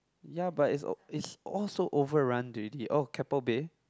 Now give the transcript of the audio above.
ya but is all is all so over run already oh Keppel-bay